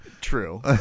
True